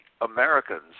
Americans